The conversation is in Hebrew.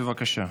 בבקשה.